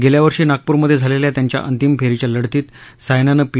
गेल्या वर्षी नागपूरमध्ये झालेल्या त्यांच्या अंतिम फेरीच्या लढतीत सायनानं पी